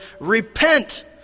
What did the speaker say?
Repent